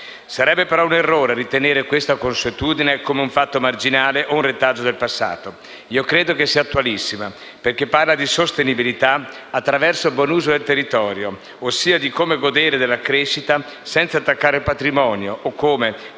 Sarebbe però un errore ritenere questa consuetudine come un fatto marginale o un retaggio del passato. Credo sia attualissima, perché parla di sostenibilità attraverso il buon uso del territorio, ossia di come godere della crescita senza intaccare il patrimonio o, detto